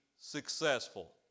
successful